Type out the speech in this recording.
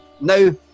Now